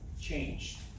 changed